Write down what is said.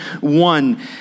one